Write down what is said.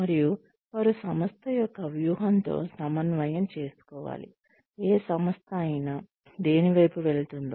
మరియు వారు సంస్థ యొక్క వ్యూహంతో సమన్వయం చేసుకోవాలి ఏ సంస్థ అయినా దేని వైపు వెళుతుందో